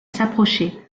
s’approcher